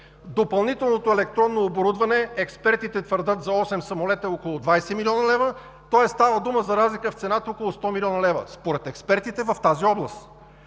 Допълнителното електронно оборудване, експертите твърдят, за осем самолета е около 20 млн. лв. Тоест става дума за разлика в цената около 100 млн. лв. според експертите в тази област.